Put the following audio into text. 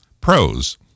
pros